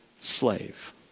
slave